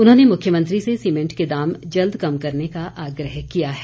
उन्होंने मुख्यमंत्री से सीमेंट के दाम जल्द कम करने का आग्रह किया है